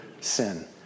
sin